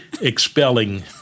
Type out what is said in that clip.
expelling